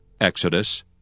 Exodus